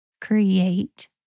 create